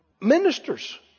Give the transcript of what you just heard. Ministers